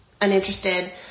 uninterested